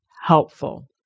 helpful